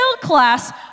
class